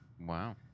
Wow